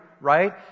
right